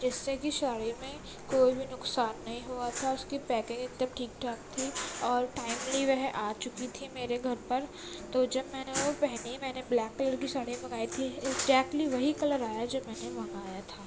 جس سے کہ ساڑی میں کوئی بھی نخصان نہیں ہوا تھا اس کی پیکنگ ایک دم ٹھیک ٹھاک تھی اور ٹائملی وہ آ چکی تھی میرے گھر پر تو جب میں نے وہ پہنی میں نے بلیک کلر کی ساڑی منگائی تھی ایگزیکٹلی وہی کلر آیا جو میں نے منگایا تھا